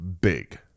big